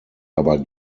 aber